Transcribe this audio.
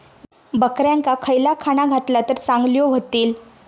बकऱ्यांका खयला खाणा घातला तर चांगल्यो व्हतील?